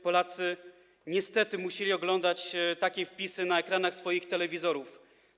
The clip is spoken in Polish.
Polacy niestety musieli oglądać takie wpisy na ekranach swoich telewizorów.